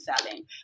selling